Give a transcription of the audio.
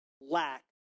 lack